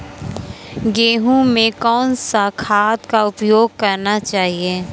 गेहूँ में कौन सा खाद का उपयोग करना चाहिए?